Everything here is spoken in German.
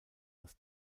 das